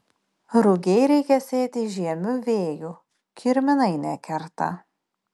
rugiai reikia sėti žiemiu vėju kirminai nekerta